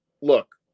look